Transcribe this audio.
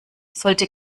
sollte